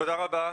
תודה רבה.